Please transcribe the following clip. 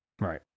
Right